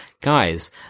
guys